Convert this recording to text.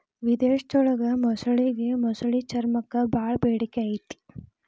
ವಿಧೇಶದೊಳಗ ಮೊಸಳಿಗೆ ಮೊಸಳಿ ಚರ್ಮಕ್ಕ ಬಾಳ ಬೇಡಿಕೆ ಐತಿ